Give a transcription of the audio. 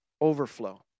overflow